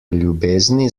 ljubezni